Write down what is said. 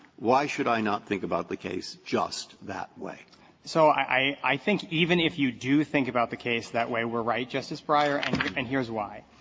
why should i not think about the case just that way? stris so i i think even if you do think about the case that way, we're right, justice breyer, and and here's why.